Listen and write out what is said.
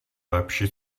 lepší